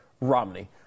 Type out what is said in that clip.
Romney